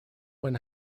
when